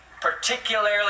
particularly